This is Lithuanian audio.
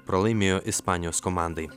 pralaimėjo ispanijos komandai